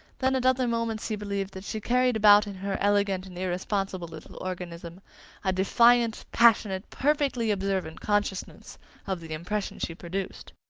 then at other moments he believed that she carried about in her elegant and irresponsible little organism a defiant, passionate, perfectly observant consciousness of the impression she produced.